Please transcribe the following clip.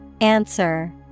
Answer